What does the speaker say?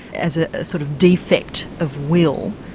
as a sort of defect of will,